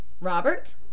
Robert